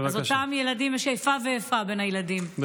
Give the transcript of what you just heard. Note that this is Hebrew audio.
יש איפה ואיפה בין הילדים,